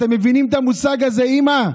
אתם מבינים את המושג הזה, "אימא"?